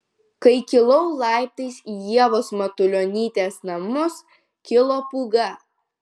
kai kilau laiptais į ievos matulionytės namus kilo pūga